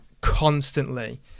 constantly